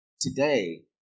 today